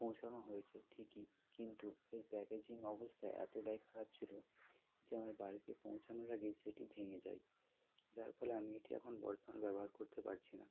পৌঁছানো হয়েছে ঠিকই কিন্তু এর প্যাকেজিং অবস্থা এতটাই খারাপ ছিল যে আমার বাড়িতে পৌঁছানোর আগেই সেটি ভেঙে যায় যার ফলে আমি এটি এখন বর্তমান ব্যবহার করতে পারছি না